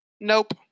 Nope